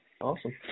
Awesome